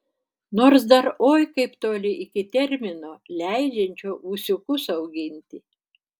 nors dar oi kaip toli iki termino leidžiančio ūsiukus auginti